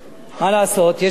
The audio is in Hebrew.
לעשות?